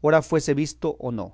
ora fuese visto o no